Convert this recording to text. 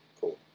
cool